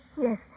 Yes